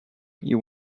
you